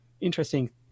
interesting